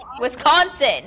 Wisconsin